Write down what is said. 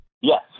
Yes